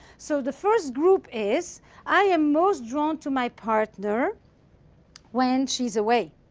so the first group is i am most drawn to my partner when she is away,